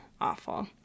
awful